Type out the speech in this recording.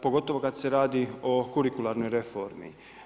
Pogotovo kad se radi o kurikularnoj reformi.